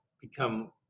become